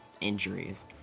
injuries